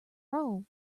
roll